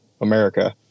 America